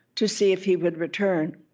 to see if he would return,